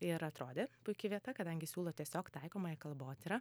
ir atrodė puiki vieta kadangi siūlo tiesiog taikomąją kalbotyrą